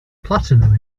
platinum